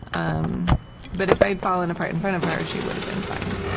um but if i had fallen apart in front of her, she would've been fine,